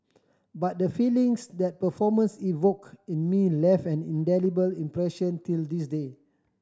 but the feelings that performance evoked in me left an indelible impression till this day